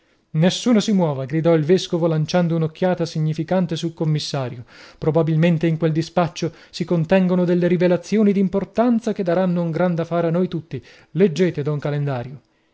nessuno si muova gridò il vescovo lanciando un'occhiata significante sul commissario probabilmente in quel dispaccio si contengono delle rivelazioni d'importanza che daranno un gran da fare a noi tutti leggete don calendario